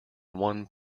one